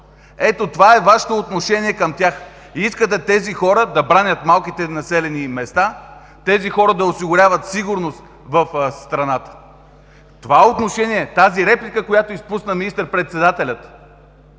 Ето това е Вашето отношение към тях. И искате тези хора да бранят малките населени места, тези хора да осигуряват сигурност в страната. Това отношение, тази реплика, която изпусна министър-председателят